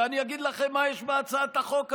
ואני אגיד לכם מה יש בהצעת החוק הזאת,